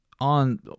on